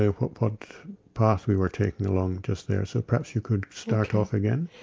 yeah what but path we were taking along just there, so perhaps you could start off again.